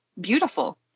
beautiful